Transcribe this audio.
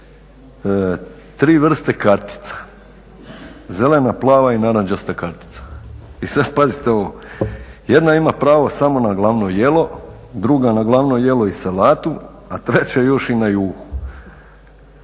vrste kartica, zelena, plava i narančasta kartica. I sad pazite ovo, jedna ima pravo samo na glavno jelo, druga na glavno jelo i salatu, a treća još i na juhu.